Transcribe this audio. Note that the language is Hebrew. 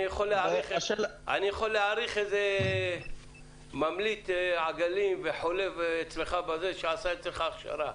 אני יכול להעריך ממליט עגלים וחולב שעשה אצלך הכשרה,